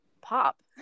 pop